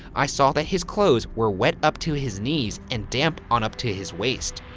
i saw that his clothes were wet up to his knees and damp on up to his waist,